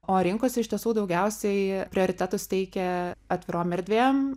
o rinkosi iš tiesų daugiausiai prioritetus teikia atvirom erdvėm